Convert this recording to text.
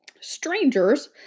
strangers